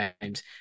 games